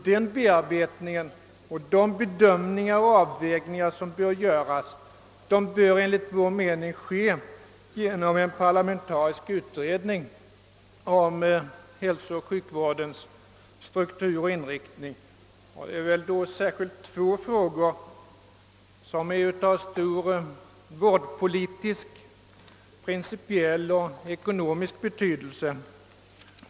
Denna bearbetning och de bedömningar och avvägningar som bör göras måste enligt vår mening ske genom en parlamentarisk utredning om hälsooch sjukvårdens struktur och inriktning. Det är då särskilt två frågor som är av stor vårdpolitisk, principiell och ekonomisk betydelse.